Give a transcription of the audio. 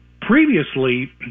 previously